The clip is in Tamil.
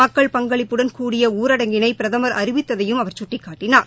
மக்கள் பங்களிப்புடன் கூடிய ஊரடங்கிளைபிரதமர் அறிவித்ததையும் அவர் குட்டிக்காட்டினார்